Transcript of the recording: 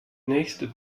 nächste